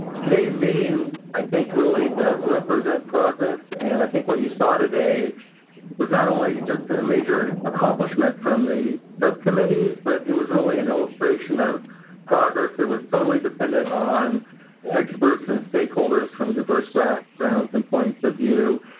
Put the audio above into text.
today's meeting, i think, really does represent progress. and i think what you saw today was not only just a major accomplishment from the subcommittee, but it was really an illustration of progress that was totally dependent on experts and stakeholders from diverse backgrounds and points of view.